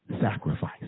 sacrifice